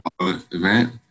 event